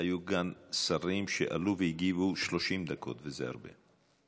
היו גם שרים שעלו והגיבו 30 דקות, וזה הרבה.